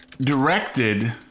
directed